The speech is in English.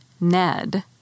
Ned